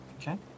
Okay